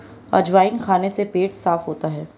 अजवाइन खाने से पेट साफ़ होता है